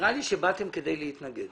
נראה לי שבאתם כדי להתנגד.